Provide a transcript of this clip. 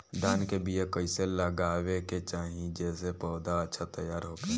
धान के बीया कइसे लगावे के चाही जेसे पौधा अच्छा तैयार होखे?